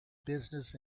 business